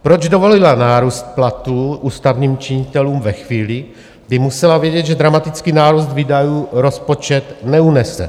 Proč dovolila nárůst platů ústavních činitelů ve chvíli, kdy musela vědět, že dramatický nárůst výdajů rozpočet neunese?